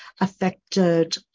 affected